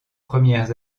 premières